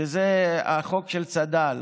שזה החוק של צד"ל